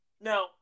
now